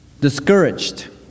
discouraged